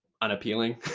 unappealing